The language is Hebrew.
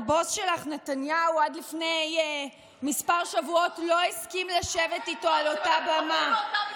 הבוס שלך נתניהו עד לפני כמה שבועות לא הסכים לשבת איתו על אותה במה,